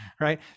right